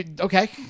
Okay